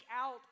out